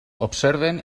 observen